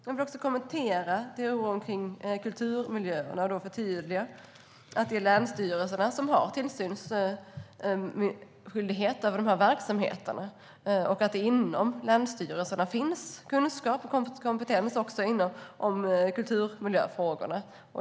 Jag vill också kommentera oron kring kulturmiljöerna och förtydliga att det är länsstyrelserna som har tillsynsskyldighet över dessa verksamheter och att det inom länsstyrelserna finns kunskap och kompetens också inom kulturmiljöfrågorna.